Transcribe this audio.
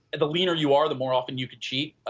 the leaner you are the more often you could cheat.